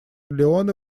леоне